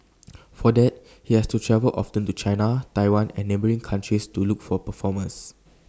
for that he has to travel often to China Taiwan and neighbouring countries to look for performers